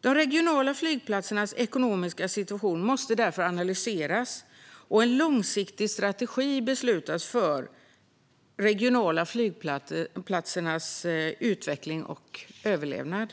De regionala flygplatsernas ekonomiska situation måste därför analyseras, och en långsiktig strategi behöver beslutas för de regionala flygplatsernas utveckling och överlevnad.